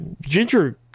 ginger